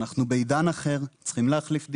אנחנו בעידן אחר, צריכים להחליף דיסקט.